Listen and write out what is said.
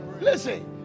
listen